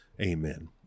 Amen